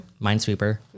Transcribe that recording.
Minesweeper